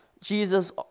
Jesus